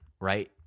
right